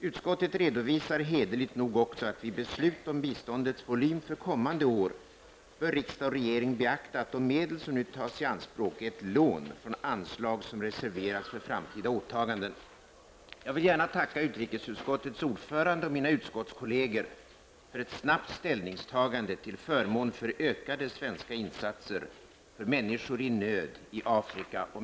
Utskottet redovisar hederligt nog också att vid beslut om biståndets volym för kommande år bör riksdag och regering beakta, att de medel som nu tas i anspråk är ett lån från anslag som reserverats för framtida åtaganden. Jag vill gärna tacka utrikesutskottets ordförande och mina utskottskolleger för ett snabbt ställningstagande till förmån för ökade svenska insatser för människor i nöd i Afrika och